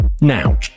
Now